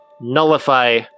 nullify